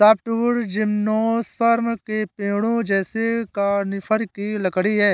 softwood gymnosperm के पेड़ों जैसे कॉनिफ़र की लकड़ी है